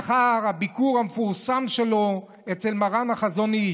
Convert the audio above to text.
לאחר הביקור המפורסם שלו אצל מרן החזון איש.